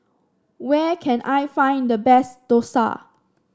where can I find the best dosa